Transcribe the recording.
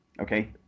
okay